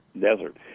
desert